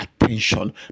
attention